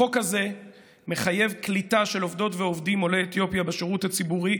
החוק הזה מחייב קליטה של עובדות ועובדים עולי אתיופיה בשירות הציבורי.